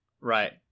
Right